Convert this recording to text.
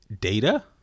data